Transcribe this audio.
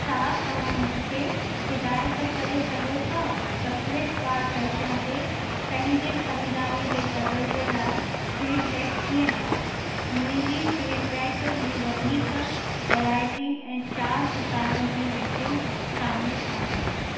छा तव्हां मूंखे हिदायत करे सघो था त फ़्लिपकार्ट फ़ैशन ते पंहिंजे ख़रीदारीअ जे तजुर्बे लाइ फ़ीडबैक कीअं ॾियां मुंहिंजी फ़ीडबैक में वधीक वैरायटी ऐं चार सितारनि जी रेटिंग शामिलु आहे